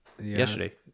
yesterday